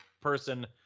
person